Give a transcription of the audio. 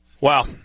Wow